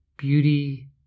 Beauty